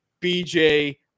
BJ